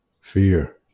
Fear